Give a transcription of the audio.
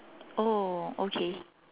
oh okay